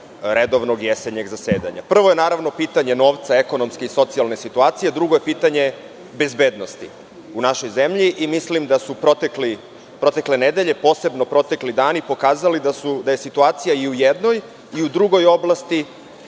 redovnog jesenjeg zasedanja. Prvo je, naravno, pitanje novca, ekonomske i socijalne situacije, drugo je pitanje bezbednosti u našoj zemlji i mislim da su protekle nedelje, posebno protekli dani, pokazali da je situacija i u jednoj i u drugoj oblasti